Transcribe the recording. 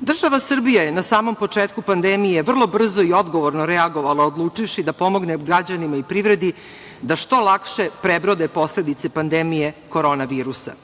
Država Srbija je na samom početku pandemije vrlo brzo i odgovorno reagovala odlučivši da pomogne građanima i privredi da što lakše prebrode posledice pandemija korona virusa.